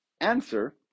answer